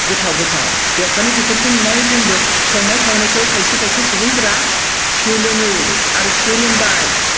गोथाव गोथाव बेखायनो बेफोरखौ नुनानै जोंबो संनाय खावनायखौ खायसे खायसे सुबुंफोरा सोलोङो आरो सोलोंबाय